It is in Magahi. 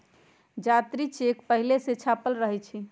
जात्री चेक पहिले से छापल रहै छइ